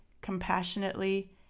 compassionately